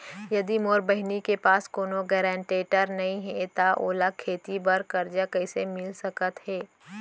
यदि मोर बहिनी के पास कोनो गरेंटेटर नई हे त ओला खेती बर कर्जा कईसे मिल सकत हे?